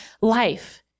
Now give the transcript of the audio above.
life